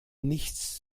nichts